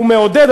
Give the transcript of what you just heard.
הוא מעודד,